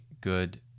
good